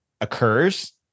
occurs